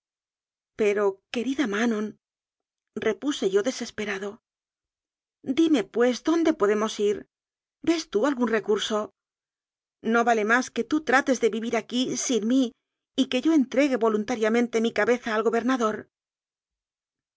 pero que rida manonrepuse yo desesperado dime pues dónde podemos ir ves tú algún recurso no vale más que tú trates de vivir aquí sin mí y que yo entregue voluntariamente mi cabeza al gobernador